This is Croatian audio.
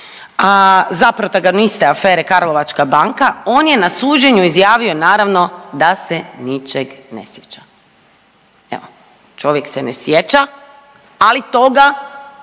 a za protagoniste afere Karlovačka banka on je na suđenju izjavio naravno da se ničeg ne sjeća, evo čovjek se ne sjeća, ali to ga,